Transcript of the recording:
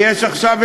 ויש עכשיו,